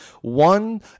one